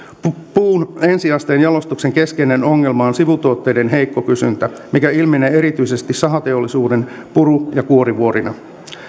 puun ensi asteen jalostuksen keskeinen ongelma on sivutuotteiden heikko kysyntä mikä ilmenee erityisesti sahateollisuuden puru ja kuorivuorina